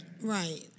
Right